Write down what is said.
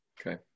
okay